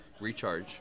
recharge